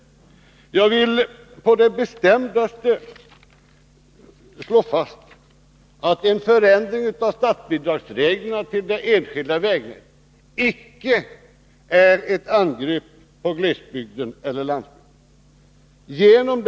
Jag vill på det bestämdaste slå fast att en förändring av statsbidragsreglerna för det enskilda vägnätet icke är ett angrepp på glesbygden eller landsbygden.